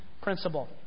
principle